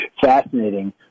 fascinating